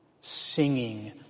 singing